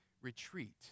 retreat